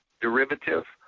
derivative